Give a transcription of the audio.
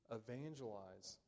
evangelize